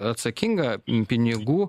atsakinga pinigų